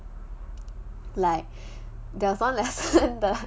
like there was one lesson